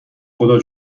خدا